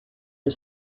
for